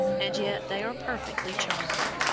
and yet they are perfectly charming.